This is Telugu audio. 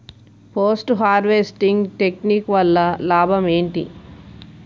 పోస్ట్ హార్వెస్టింగ్ టెక్నిక్ వల్ల లాభం ఏంటి?